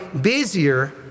busier